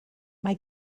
mae